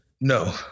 No